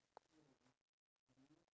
ya